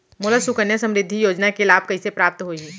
मोला सुकन्या समृद्धि योजना के लाभ कइसे प्राप्त होही?